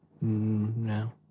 No